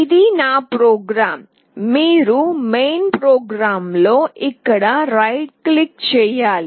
ఇది నా ప్రోగ్రామ్ మీరు ప్రధాన ప్రోగ్రామ్ లో ఇక్కడ రైట్ క్లిక్ చేయాలి